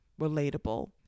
relatable